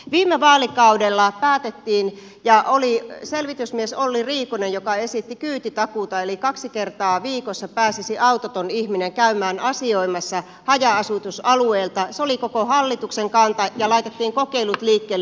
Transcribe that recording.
viime vaalikaudella selvitysmies olli riikonen esitti kyytitakuuta eli kaksi kertaa viikossa pääsisi autoton ihminen käymään asioimassa haja asutusalueelta se oli koko hallituksen kanta ja laitettiin kokeilut liikkeelle